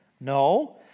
no